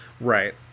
Right